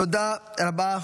תודה רבה.